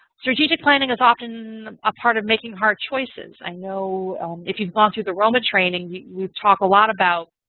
strategic planning is often a part of making hard choices. i know if you've gone through the roma training, we talk a lot about